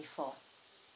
for